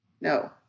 no